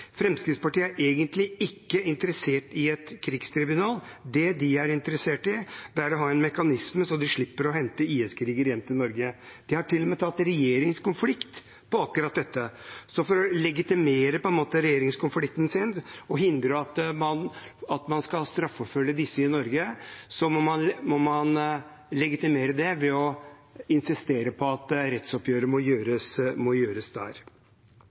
Fremskrittspartiet er egentlig ikke interessert i et krigstribunal. Det de er interessert i, er å ha en mekanisme så de slipper å hente IS-krigere hjem til Norge. De har til og med tatt en regjeringskonflikt på akkurat dette, så for på en måte å legitimere den regjeringskonflikten og hindre at man skal straffeforfølge disse i Norge, må man insistere på at rettsoppgjøret må gjøres der. Men det kommer ikke til å